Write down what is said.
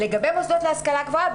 לגבי מוסדות להשכלה גבוהה,